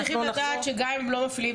שוטרים צריכים לדעת שגם אם לא מפעילים